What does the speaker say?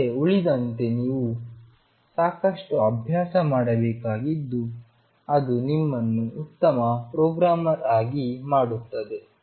ಆದರೆ ಉಳಿದಂತೆ ನೀವು ಸಾಕಷ್ಟು ಅಭ್ಯಾಸ ಮಾಡಬೇಕಾಗಿದ್ದು ಅದು ನಿಮ್ಮನ್ನು ಉತ್ತಮ ಪ್ರೋಗ್ರಾಮರ್ ಆಗಿ ಮಾಡುತ್ತದೆ